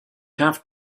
have